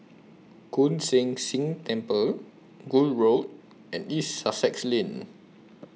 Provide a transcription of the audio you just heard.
Koon Seng Ting Temple Gul Road and East Sussex Lane